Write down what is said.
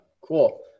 cool